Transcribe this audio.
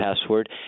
password